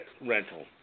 rental